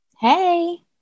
Hey